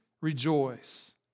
rejoice